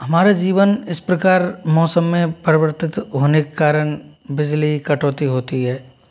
हमारे जीवन इस प्रकार मौसम में परिवर्तित होने कारण बिजली कटौती होती है